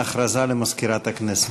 הודעה למזכירת הכנסת.